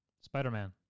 Spider-Man